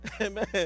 amen